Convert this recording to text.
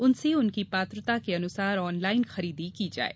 उनसे उनकी पात्रता अनुसार ऑनलाइन खरीदी की जाये